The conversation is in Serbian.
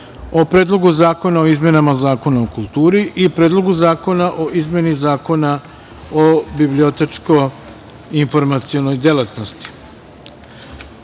o Predlogu zakona o izmenama Zakona o kulturi i Predlogu zakona o izmeni Zakona o bibliotečko-informacionoj delatnosti. Želim